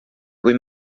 kui